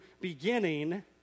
beginning